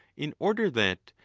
in order that,